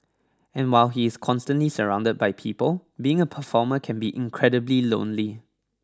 and while he is constantly surrounded by people being a performer can be incredibly lonely